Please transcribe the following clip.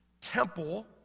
temple